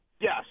yes